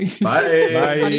Bye